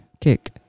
kick